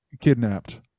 kidnapped